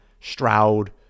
Stroud